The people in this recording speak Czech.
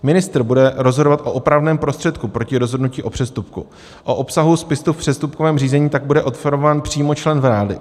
Ministr bude rozhodovat o opravném prostředku proti rozhodnutí o přestupku, o obsahu spisu v přestupkovém řízení tak bude informován přímo člen vlády.